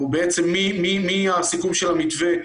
או בעצם מהסיכום של המתווה,